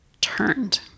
turned